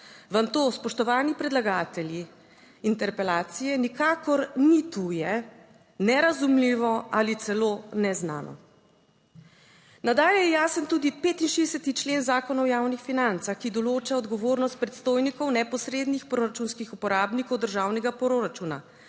vam to, spoštovani predlagatelji interpelacije, nikakor ni tuje, nerazumljivo ali celo neznano. Nadalje je jasen tudi 65. člen Zakona o javnih financah, ki določa odgovornost predstojnikov, neposrednih proračunskih uporabnikov državnega proračuna,